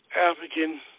African